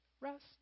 rest